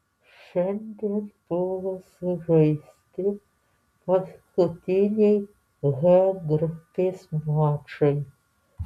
šiandien buvo sužaisti paskutiniai h grupės mačai